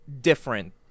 different